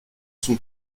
son